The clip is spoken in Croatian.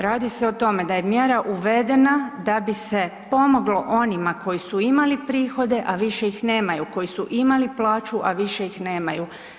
Radi se o tome da je mjera uvedena da bi se pomoglo onima koji su imali prihode, a više ih nemaju, koji su imali plaću, a više ih nemaju.